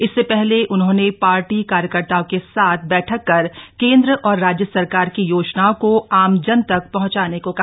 इससे पहले उन्होंने पार्टी कार्यकर्ताओं के साथ बैठक कर केंद्र और राज्य सरकार की योजनाओं को आमजन तक पहुंचाने को कहा